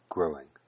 Growing